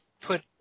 put